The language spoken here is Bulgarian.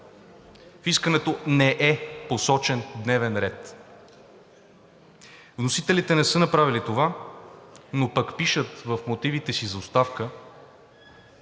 В искането не е посочен дневен ред. Вносителите не са направили това, но пък пишат в мотивите си за оставка,